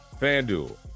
FanDuel